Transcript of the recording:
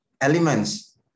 elements